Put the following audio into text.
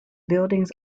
buildings